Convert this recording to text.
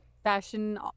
Fashion